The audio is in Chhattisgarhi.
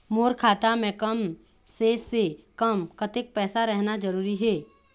मोर खाता मे कम से से कम कतेक पैसा रहना जरूरी हे?